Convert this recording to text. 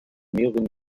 mehreren